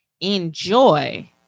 Enjoy